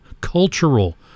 cultural